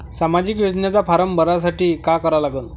सामाजिक योजनेचा फारम भरासाठी का करा लागन?